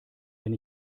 wenn